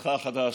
לתפקידך החדש.